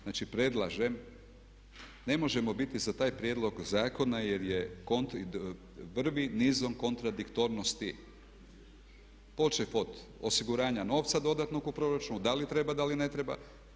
Znači predlažem, ne možemo biti za taj prijedlog zakona jer vrvi nizom kontradiktornosti počev od osiguranja novca dodatnog u proračunu, da li treba, da li ne treba.